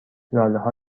لالهها